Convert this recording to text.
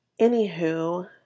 Anywho